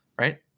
Right